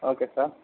okay sir